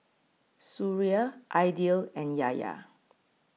Suria Aidil and Yahya